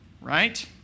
right